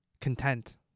content